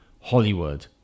Hollywood